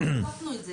לא, הוספנו את זה.